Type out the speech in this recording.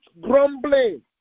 grumbling